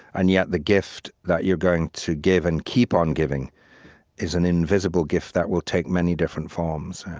and yet the gift that you're going to give and keep on giving is an invisible gift that will take many different forms